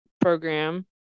program